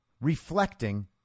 reflecting